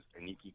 Aniki